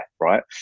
right